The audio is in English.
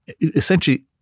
Essentially